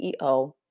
CEO